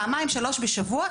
פעמיים שלוש בשבוע,